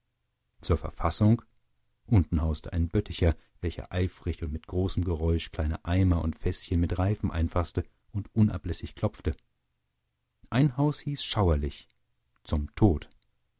zur verfassung unten hauste ein böttcher welcher eifrig und mit großem geräusch kleine eimer und fäßchen mit reifen einfaßte und unablässig klopfte ein haus hieß schauerlich zum tod